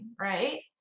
right